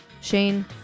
Shane